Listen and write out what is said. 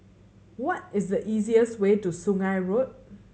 what is the easiest way to Sungei Road